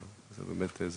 זה באמת.